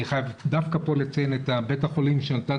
אני חייב דווקא פה לציין את בית החולים שנתן